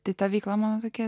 kita veikla matote